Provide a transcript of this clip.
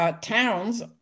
towns